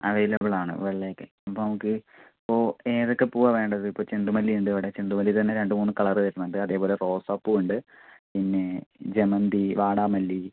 അവൈലബിളാണ് വെള്ളയൊക്കെ ഇപ്പോൾ നമുക്ക് ഇപ്പോൾ ഏതൊക്കെ പൂവാ വേണ്ടത് ഇപ്പോൾ ചെണ്ടുമല്ലിണ്ട് ഇവിടെ ചെണ്ടുമലി തന്നേ രണ്ട് മൂന്ന് കളറ് വരുന്നുണ്ട് അതേപോലെ റോസാപ്പൂ ഉണ്ട് പിന്നെ ജമന്തി വാടാമല്ലി